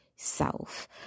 Self